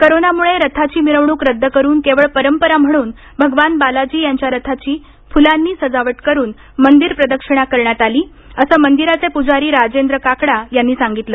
कोरोनामुळे रथाची मिरवणूक रद्द करून केवळ पंरपरा म्हणून भगवान बालाजी यांच्या रथाची फुलांनी सजावट करुन मंदिर प्रदक्षिणा करण्यात आली असं मंदिराचे प्जारी राजेंद्र काकडा यांनी सांगितलं